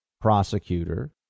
prosecutor